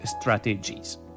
strategies